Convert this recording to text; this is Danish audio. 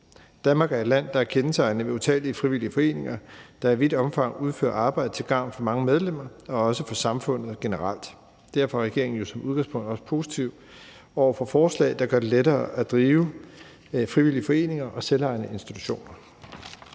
Danmark er et land, der er kendetegnet ved utallige frivillige foreninger, der i vidt omfang udfører arbejde til gavn for mange medlemmer og også for samfundet generelt. Derfor er regeringen jo som udgangspunkt også positiv over for forslag, der gør det lettere at drive frivillige foreninger og selvejende institutioner.